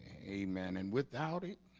amen and without it